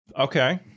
Okay